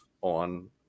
on